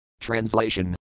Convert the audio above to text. Translation